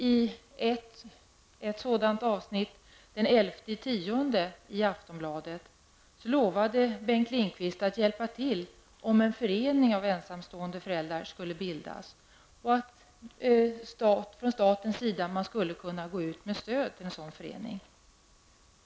I ett sådant avsnitt i Lindqvist att hjälpa till, om en förening av ensamstående föräldrar skulle bildas och att staten skulle gå in med stöd till en sådan förening.